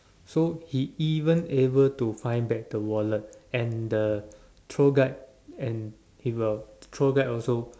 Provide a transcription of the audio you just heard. so he even able find back the wallet and the tour guide and he got tour guide also